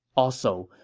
also,